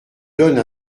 donne